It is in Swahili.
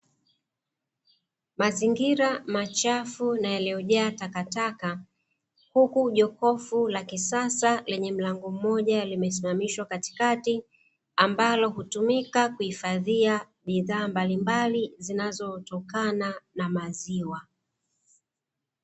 Mazingira machafu na yaliyojaa takataka huku jokofu la kisasa lenye mlango mmoja limesimamishwa katikati, ambalo hutumika kuhifadhia bidhaa mbalimbali zitokanazo na maziwa.